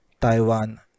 taiwan